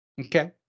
Okay